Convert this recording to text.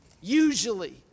Usually